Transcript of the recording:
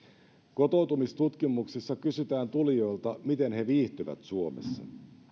kotoutumistutkimuksissa kysytään tulijoilta miten he viihtyvät suomessa